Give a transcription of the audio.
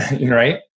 Right